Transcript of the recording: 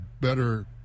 better